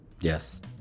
yes